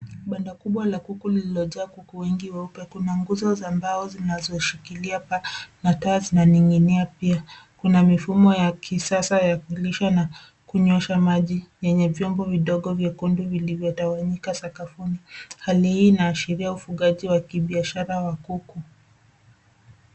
Banda kubwa la kuku lililojaa kuku wengi weupe. Kuna nguzo za mbao zinazoshikilia paa na paa zinaning'inia pia. Kuna mifumo ya kisasa ya kulisha na kunywesha maji yenye vyombo vidogo vyekundu vilivyotawanyika sakafuni. Hali hii inaashiria ufugaji wa kibiashara wa kuku.